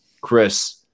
Chris